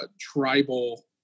tribal